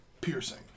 piercing